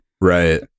right